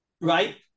right